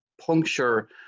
puncture